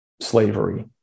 slavery